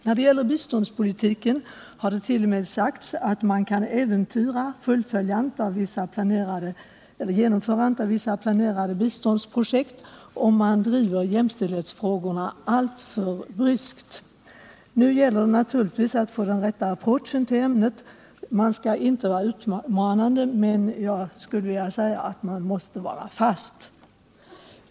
När det gäller biståndspolitiken har det t.o.m. sagts att man kan äventyra genomförandet av vissa planerade biståndsprojekt, om man driver jämställdhetsfrågorna alltför bryskt. Nu gäller det naturligtvis att få den rätta approachen till ämnet. Man skall inte vara utmanande, men man måste vara fast.